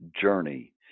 journey